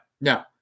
no